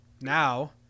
Now